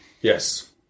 Yes